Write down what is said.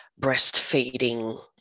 breastfeeding